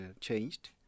changed